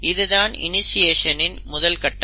இது தான் இணிஷியேஷனின் முதல் கட்டம்